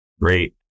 Great